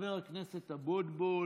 חבר הכנסת אבוטבול.